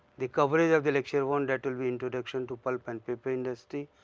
the coverage of the lecture one that will be introduction to pulp and paper industry,